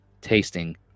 tasting